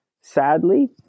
sadly